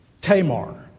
Tamar